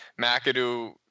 McAdoo